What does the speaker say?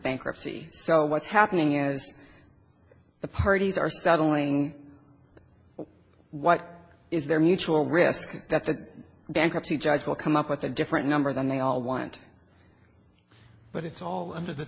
bankruptcy so what's happening is the parties are settling what is their mutual risk that the bankruptcy judge will come up with a different number than they all want but it's all under the